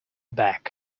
back